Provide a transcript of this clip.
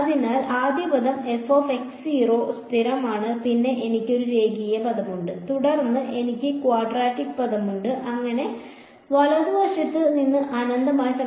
അതിനാൽ ആദ്യ പദം സ്ഥിരമാണ് പിന്നെ എനിക്ക് ഒരു രേഖീയ പദമുണ്ട് തുടർന്ന് എനിക്ക് ക്വാഡ്രാറ്റിക് പദമുണ്ട് അങ്ങനെ വലതുവശത്തും ഇത് അനന്തമായ സംഗ്രഹമാണ്